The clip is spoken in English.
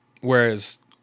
Whereas